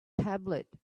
tablet